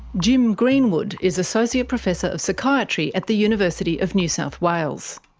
jim greenwood is associate professor of psychiatry at the university of new south wales.